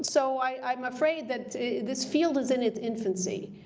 so i am afraid that this field is in its infancy.